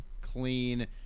clean